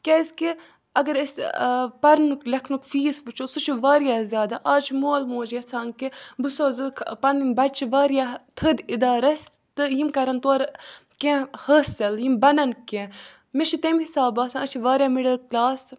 کیٛازِکہِ اگر أسۍ پَرنُک لیٚکھنُک فیٖس وٕچھو سُہ چھُ وارِیاہ زیادٕ آز چھُ مول موج یَژھان کہِ بہٕ سوزکھ پَنٕنۍ بَچہِ وارِیاہ تھٔدۍ اِدارَس تہٕ یِم کَرَن تورٕ کیٚنٛہہ حٲصِل یِم بَنَن کیٚنٛہہ مےٚ چھُ تمہِ حِساب باسان أسۍ چھِ وارِیاہ مِڈَل کٕلاس